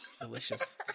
Delicious